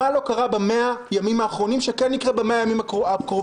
מה לא קרה ב-100 הימים האחרונים שכן יקרה ב-100 הימים הקרובים,